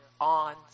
on